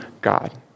God